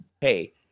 hey